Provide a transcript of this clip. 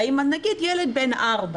ונאמר הילד בן 4,